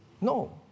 No